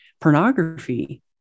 pornography